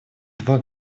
два